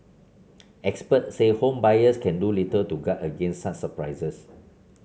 expert say home buyers can do little to guard against such surprises